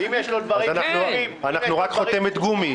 אם יש לו דברים אחרים --- אנחנו רק חותמת גומי?